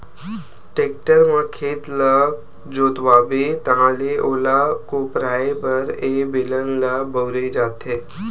tractor म खेत ल जोतवाबे ताहाँले ओला कोपराये बर ए बेलन ल बउरे जाथे